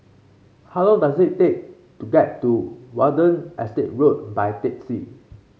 how long does it take to get to Watten Estate Road by taxi